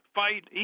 fight